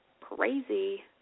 crazy